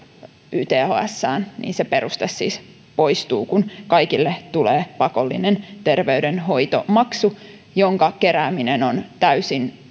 ythsään se peruste siis poistuu kun kaikille tulee pakollinen terveydenhoitomaksu jonka kerääminen on täysin